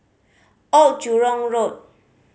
Old Jurong Road